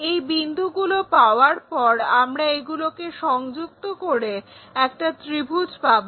এই বিন্দুগুলো পাওয়ার পর আমরা এগুলোকে সংযুক্ত করে একটা ত্রিভুজ পাবো